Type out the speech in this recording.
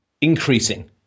increasing